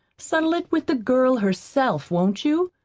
settle it with the girl herself, won't you?